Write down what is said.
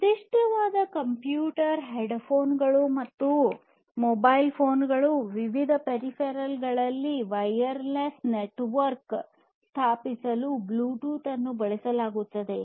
ನಿರ್ದಿಷ್ಟವಾದ ಕಂಪ್ಯೂಟರ್ ಹೆಡ್ಫೋನ್ಗಳು ಮತ್ತು ಮೊಬೈಲ್ ಫೋನ್ಗಳು ವಿವಿಧ ಪೆರಿಫೆರಲ್ ಗಳಲ್ಲಿ ವೈರ್ಲೆಸ್ ನೆಟ್ವರ್ಕ್ ಸ್ಥಾಪಿಸಲು ಬ್ಲೂಟೂತ್ ಅನ್ನು ಬಳಸಲಾಗುತ್ತದೆ